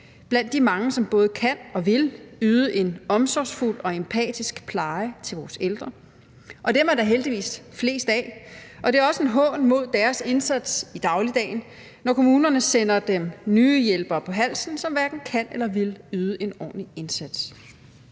blandt de mange, som både kan og vil yde en omsorgsfuld og empatisk pleje til vores ældre, og dem er der heldigvis flest af. Det er også en hån mod deres indsats i dagligdagen, når kommunerne sender dem nye hjælpere på halsen, som hverken kan eller vil yde en ordentlig indsats.